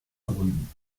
verbunden